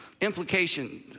implication